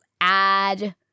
add